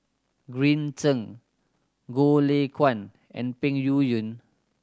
Green Zeng Goh Lay Kuan and Peng Yuyun